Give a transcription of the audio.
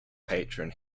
patron